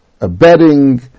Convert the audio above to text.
abetting